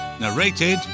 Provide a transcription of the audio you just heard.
narrated